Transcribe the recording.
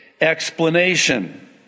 explanation